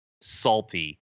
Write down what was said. salty